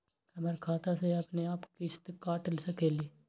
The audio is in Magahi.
हमर खाता से अपनेआप किस्त काट सकेली?